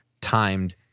timed